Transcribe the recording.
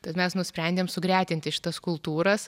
tad mes nusprendėm sugretinti šitas kultūras